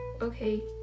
Okay